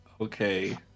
okay